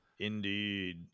Indeed